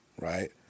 Right